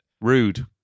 Rude